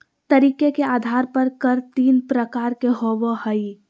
तरीके के आधार पर कर तीन प्रकार के होबो हइ